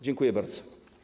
Dziękuję bardzo.